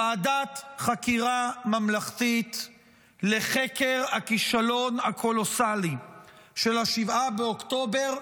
ועדת חקירה ממלכתית לחקר הכישלון הקולוסלי של 7 באוקטובר,